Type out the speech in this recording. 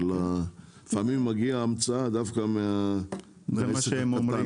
לפעמים מגיעה המצאה דווקא מעסק קטן,